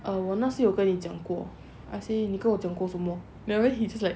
err 我那是有跟你讲过 I say 你跟我讲过什么 maybe he just like